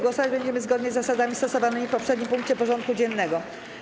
Głosować będziemy zgodnie z zasadami stosowanymi w poprzednim punkcie porządku dziennego.